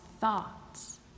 thoughts